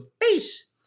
face